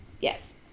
Yes